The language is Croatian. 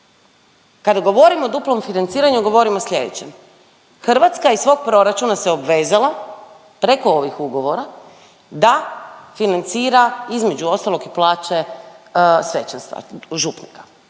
Kada govorim od duplom financiranju, govorim o slijedećem. Hrvatska iz svog proračuna se obvezala, preko ovih ugovora, da financira između ostalog i plaće svećenstva, župnika.